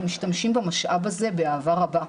אנחנו משתמשים במשאב הזה באהבה רבה.